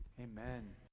Amen